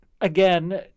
again